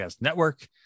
network